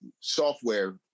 software